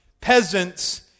peasants